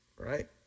Right